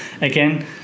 again